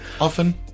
Often